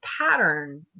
pattern